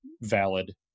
valid